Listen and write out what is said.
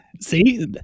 See